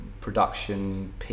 production